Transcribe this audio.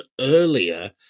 earlier